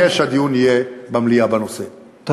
אני מבקש שהדיון בנושא יהיה במליאה.